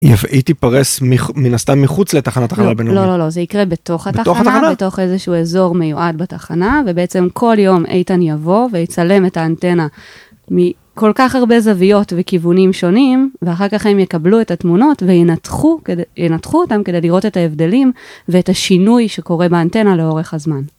היא תיפרס מן הסתם מחוץ לתחנת החלל הבינלאומית, לא לא לא זה יקרה בתוך התחנה, בתוך התחנה? בתוך איזשהו אזור מיועד בתחנה, ובעצם כל יום איתן יבוא ויצלם את האנטנה, מכל כך הרבה זוויות וכיוונים שונים, ואחר כך הם יקבלו את התמונות, וינתחו, ינתחו אותם כדי לראות את ההבדלים ואת השינוי שקורה באנטנה לאורך הזמן.